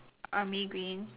army green